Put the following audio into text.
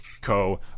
Co